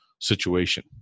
situation